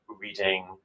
reading